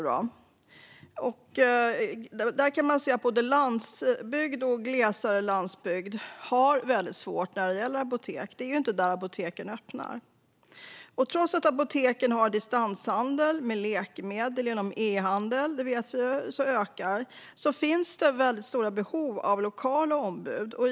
Det är svårt för både landsbygd och glesare landsbygd när det gäller apotek. Det är inte där apoteken öppnar. Trots att apotekens distanshandel med läkemedel genom e-handel ökar finns det fortfarande stora behov av lokala ombud.